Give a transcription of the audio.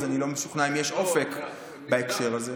אז אני לא משוכנע אם יש אופק בהקשר הזה.